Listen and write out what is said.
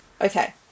Okay